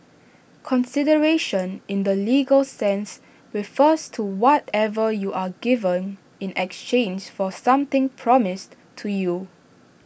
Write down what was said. consideration in the legal sense refers to whatever you are given in exchange for something promised to you